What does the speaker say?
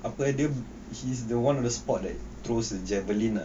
apa eh he's the one of the sport that throws the javelin ah